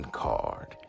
card